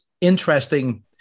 interesting